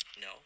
no